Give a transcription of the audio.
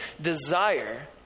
desire